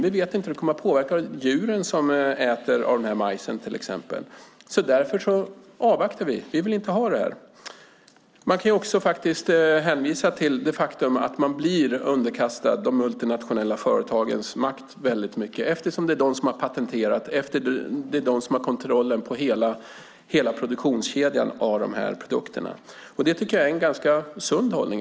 Vi vet inte hur det kommer att påverka de djur som äter av den här majsen, till exempel. Därför avvaktar vi. Vi vill inte ha det här. Man kan också hänvisa till det faktum att man blir underkastad de multinationella företagens makt väldigt mycket, eftersom det är de som har patenterat och har kontroll över hela produktionskedjan när det gäller de här produkterna. Det tycker jag är en ganska sund hållning.